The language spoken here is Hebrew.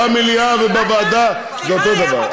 במליאה ובוועדה זה אותו דבר,